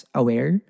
aware